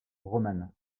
romane